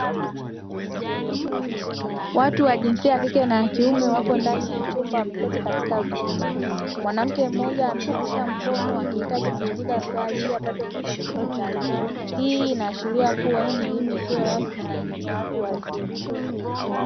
Watu wa jinsia ya kike na ya kiume wapo ndani ya chumba wameketi katika viti. Mwanamke mmoja amenyoosha mkono akihitaji kuuliza swali ili apate ufafanuzi zaidi. Hii inaashiria kuwa hii ni elimu isio rasmi na elimu ya watu wazima.